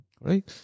Right